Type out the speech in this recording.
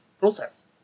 process